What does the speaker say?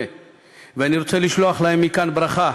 8. אני רוצה לשלוח להם מכאן ברכה,